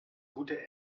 gute